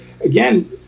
again